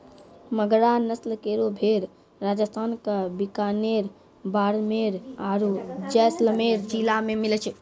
मगरा नस्ल केरो भेड़ राजस्थान क बीकानेर, बाड़मेर आरु जैसलमेर जिला मे मिलै छै